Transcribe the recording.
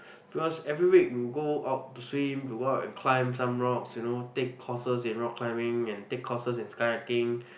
because every week we'll go out to swim to go out and climb some rocks you know take courses in rock climbing and take courses in kayaking